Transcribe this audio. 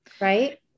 Right